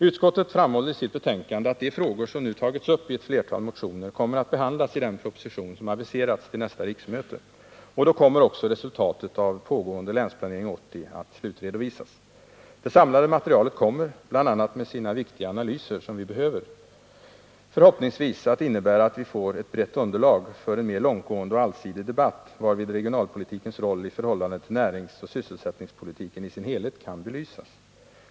Utskottet framhåller i sitt betänkande att de frågor som nu tagits upp i ett flertal motioner kommer att behandlas i den proposition som aviserats till nästa riksmöte. Då kommer också resultatet av pågående Länsplanering 80 att slutredovisas. Det samlade materialet — med bl.a. de viktiga analyser som vi behöver — kommer förhoppningsvis att innebära att vi får ett brett underlag för en mer långtgående och allsidig debatt, varvid regionalpolitikens roll i förhållande till näringsoch sysselsättningspolitiken i dess helhet kan belysas.